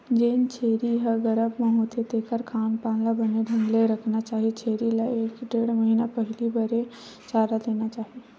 जेन छेरी ह गरभ म होथे तेखर खान पान ल बने ढंग ले रखना चाही छेरी ल एक ढ़ेड़ महिना पहिली बने चारा देना चाही